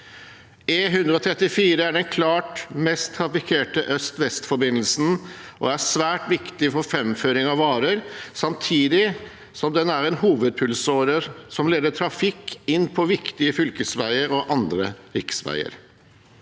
E134 er den klart mest trafikkerte øst–vest-forbindelsen. Den er svært viktig for framføring av varer samtidig som den er en hovedpulsåre som leder trafikk inn på viktige fylkesveier og andre riksveier.